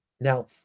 Now